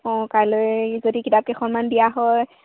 অঁ কাইলৈ যদি কিতাপকেইখনমান দিয়া হয়